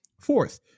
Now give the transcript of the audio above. Fourth